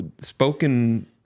spoken